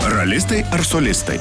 ralistai ar solistai